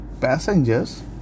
passengers